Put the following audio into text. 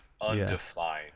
undefined